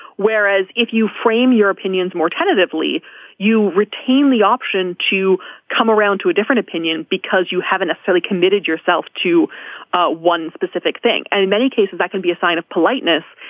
whereas if you frame your opinions more tentatively you retain the option to come around to a different opinion because you haven't really committed yourself to one specific thing and in many cases that can be a sign of politeness.